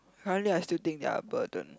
currently I still think they are burden